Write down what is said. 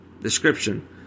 description